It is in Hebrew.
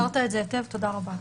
תיארת את זה היטב, תודה רבה.